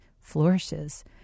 flourishes